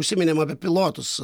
užsiminėm apie pilotus